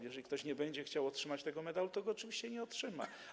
Jeżeli ktoś nie będzie chciał otrzymać tego medalu, to go oczywiście nie otrzyma.